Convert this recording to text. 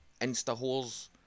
insta-holes